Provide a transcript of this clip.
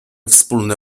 wspólne